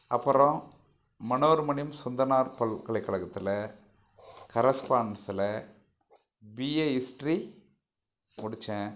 அப்புறம் மனோர்மணியம் சுந்தரனார் பல்கலைக்கலகத்தில் கரஸ்பாண்ட்ஸ்ஸுல் பிஏ ஹிஸ்ட்ரி முடித்தேன்